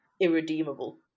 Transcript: irredeemable